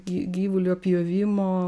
gy gyvulio pjovimo